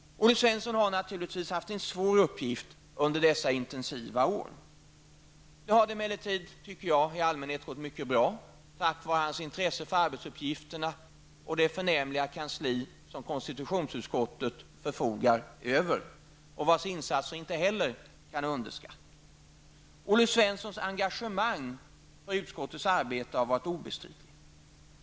Olle Svensson har naturligtvis haft en svår uppgift under dessa intensiva år. Det har emellertid, tycker jag, i allmänhet gått mycket bra tack vare hans intresse för arbetsuppgifterna och tack vare det förnämliga kansli, som konstitutionsutskottet förfogar över och vars insatser inte skall underskattas. Olle Svenssons engagemang för utskottets arbete har varit obestridligt.